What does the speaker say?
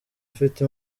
ufite